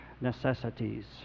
necessities